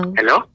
Hello